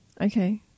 Okay